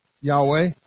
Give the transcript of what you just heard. Yahweh